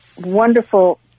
wonderful